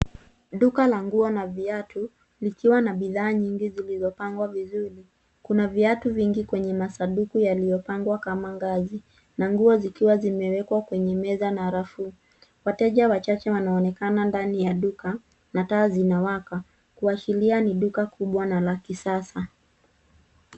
Duka la nguo na viatu likiwa na bidhaa nyingi zilizopangwa vizuri. Kuna viatu vingi kwenye masanduku yaliyo pangwa kama ngazi na nguo zikiwa zimewekwa kwenye meza na rafu. Wateja wachache wanaonekana ndani ya duka na taa zinawaka kuashiria ni duka kubwa na la kisasa.